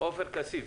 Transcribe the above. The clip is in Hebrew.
עופר כסיף.